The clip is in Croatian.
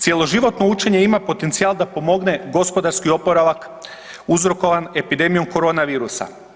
Cjeloživotno učenje im potencijal da pomogne gospodarski oporavak uzrokovan epidemijom korona virusa.